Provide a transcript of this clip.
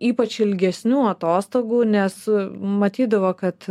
ypač ilgesnių atostogų nes matydavo kad